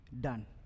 done